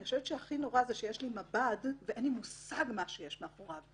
אני חושבת שהכי נורא שיש לי מב"ד ואין לי מושג מה שיש מאחוריו.